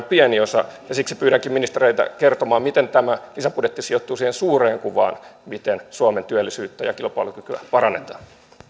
pieni osa ja siksi pyydänkin ministereitä kertomaan miten tämä lisäbudjetti sijoittuu siihen suureen kuvaan miten suomen työllisyyttä ja kilpailukykyä parannetaan